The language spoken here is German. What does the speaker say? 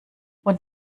und